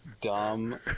Dumb